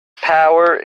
power